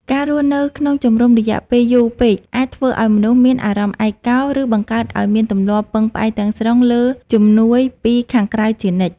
ការរស់នៅក្នុងជំរំរយៈពេលយូរពេកអាចធ្វើឱ្យមនុស្សមានអារម្មណ៍ឯកោ ឬបង្កើតឱ្យមានទម្លាប់ពឹងផ្អែកទាំងស្រុងលើជំនួយពីខាងក្រៅជានិច្ច។